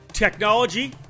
technology